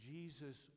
Jesus